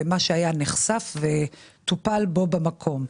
ומה שהיה נחשף וטופל בו במקום.